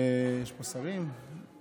יש פה שרים?